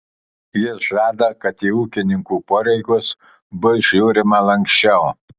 jis žada kad į ūkininkų poreikius bus žiūrima lanksčiau